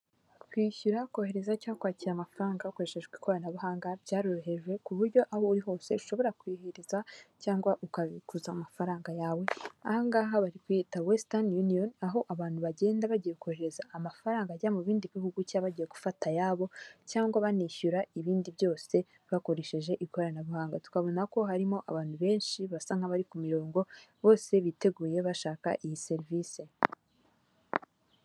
Kwishyura kohereza cyangwa kwakira amafaranga hakoreshejwe ikoranabuhanga, byarohejwe ku buryo aho uri hose ushobora kuyohereza cyangwa ukabikuza amafaranga yawe, ahangaha bari kuhita Wesitani uniyoni, aho abantu bagenda bagiye kohereza amafaranga ajya mu bindi bihugu cyangwa bagiye gufata ayabo, cyangwa banishyura ibindi byose bakoresheje ikoranabuhanga, tukabona ko harimo abantu benshi basa nk'abari ku mirongo bose biteguye bashaka iyi serivisi.